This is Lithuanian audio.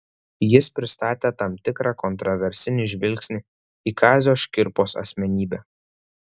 jis pristatė tam tikrą kontraversinį žvilgsnį į kazio škirpos asmenybę